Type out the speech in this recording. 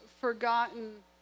forgotten